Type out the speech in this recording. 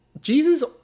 Jesus